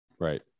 right